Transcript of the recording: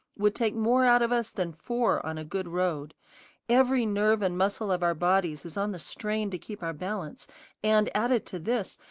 would take more out of us than four on a good road every nerve and muscle of our bodies is on the strain to keep our balance and, added to this,